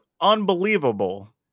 unbelievable